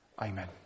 Amen